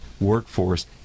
workforce